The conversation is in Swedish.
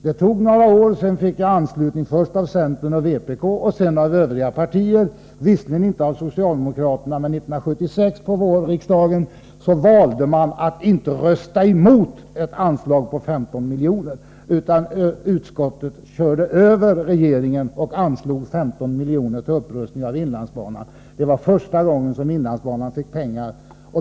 Det tog några år innan jag fick anslutning först av centern och vpk och sedan av övriga partier. Jag fick visserligen inget stöd av socialdemokraternå, men under vårriksdagen 1976 valde man att inte rösta emot förslaget om ett anslag på 15 miljoner. Utskottet körde över regeringen och anslog 15 miljoner till upprustning av inlandsbanan. Det var första gången inlandsbanan fick pengar.